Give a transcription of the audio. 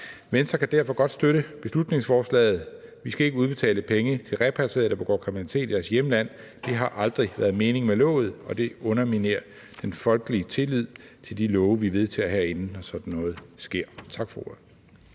Venstre kan derfor godt støtte beslutningsforslaget. Vi skal ikke udbetale penge til repatrierede, der begår kriminalitet i deres hjemland. Det har aldrig været meningen med loven, og det underminerer den folkelige tillid til de love, vi vedtager herinde, når sådan noget sker. Tak for ordet.